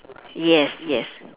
yes yes